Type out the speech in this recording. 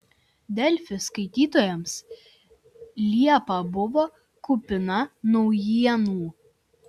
delfi skaitytojams liepa buvo kupina naujienų